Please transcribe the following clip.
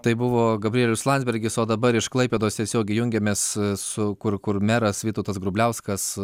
tai buvo gabrielius landsbergis o dabar iš klaipėdos tiesiogiai jungiamės su kur kur meras vytautas grubliauskas